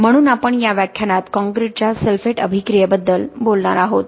म्हणून आपण या व्याख्यानात काँक्रीटच्या सल्फेट अभिक्रिये बद्दल बोलनार आहोत